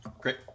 Great